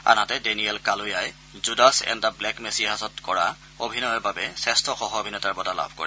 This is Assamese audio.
আনহাতে ডেনিয়েল কালুয়াই জুডাছ এণ্ড দ্যা ব্লেক মেছিয়াহত কৰা অভিনয়ৰ বাবে শ্ৰেষ্ঠ সহ অভিনেতাৰ বঁটা লাভ কৰে